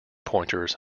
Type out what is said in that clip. pointers